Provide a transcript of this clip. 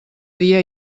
dia